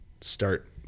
start